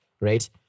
right